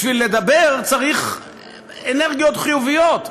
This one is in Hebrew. בשביל לדבר צריך אנרגיות חיוביות.